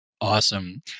Awesome